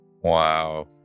wow